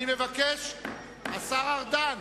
השר ארדן.